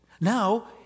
Now